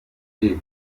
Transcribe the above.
debate